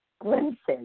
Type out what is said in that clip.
glimpses